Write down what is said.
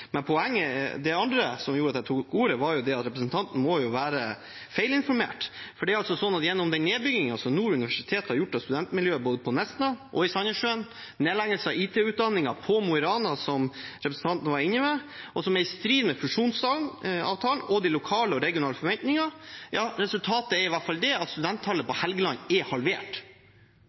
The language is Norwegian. Men poenget og det andre som gjorde at jeg tok ordet, var at representanten må være feilinformert. Det er altså sånn at gjennom den nedbyggingen som Nord universitet har gjort av studentmiljøet både på Nesna og i Sandnessjøen, og nedleggelse av IT-utdanningen på Mo i Rana, som representanten var inne på, som er i strid med fusjonsavtalen og de lokale og regionale forventningene, er resultatet iallfall at studenttallet på Helgeland er halvert.